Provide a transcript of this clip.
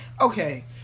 Okay